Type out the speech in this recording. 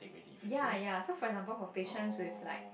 ya ya so for example for patients with like